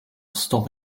stop